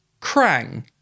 Krang